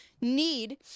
need